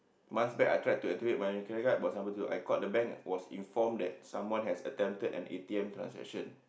months back I tried to activate my credit card but unable to I called the bank was informed that someone has attempted an A_T_M transaction